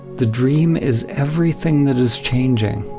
the dream is everything that is changing,